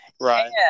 Right